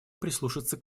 прислушаться